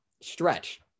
stretch